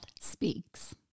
speaks